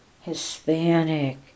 Hispanic